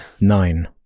Nine